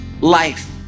life